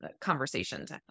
conversations